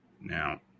Now